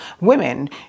women